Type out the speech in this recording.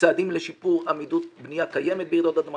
צעדים לשיפור עמידות בנייה קיימת ברעידות אדמה,